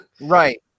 Right